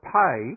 pay